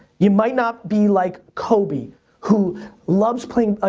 you might not be like kobe who loves playing, ah